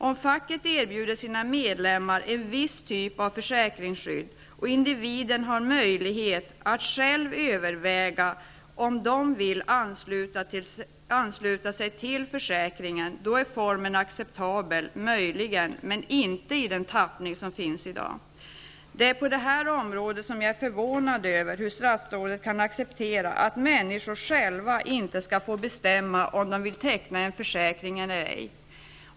Om facket erbjuder sina medlemmar en viss typ av försäkringsskydd och individerna har möjlighet att själva överväga om de vill ansluta sig till försäkringen, då är formen acceptabel -- möjligen -- men inte i den tappning som finns i dag. Det är på det här området som jag är förvånad över hur statsrådet kan acceptera att människor själva inte skall få bestämma om de vill teckna en försäkring eller ej.